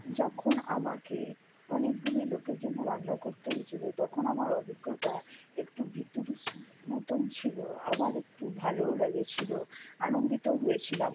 যখন আমাকে অনেকগুলি লোকের জন্য রান্না করতে হয়েছিলো তখন আমার অভিজ্ঞতা একটু ভিতু মতন ছিলো আবার একটু ভালোও লাগেছিলো আনন্দিতও হয়েছিলাম